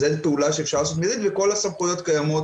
זאת פעולה שאפשר לעשות מיידית וכל הסמכויות קיימות